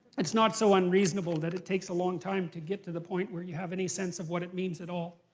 it's not so unreasonable that it takes a long time to get to the point where you have any sense of what it means at all.